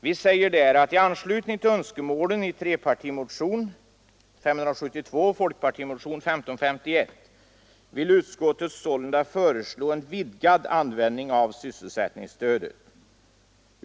Vi säger där: ”I anslutning till önskemålen i trepartimotionen 572 och folkpartimotionen 1551 vill utskottet sålunda föreslå en vidgad användning av sysselsättningsstödet.